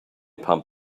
pump